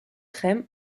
crème